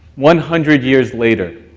one hundred years later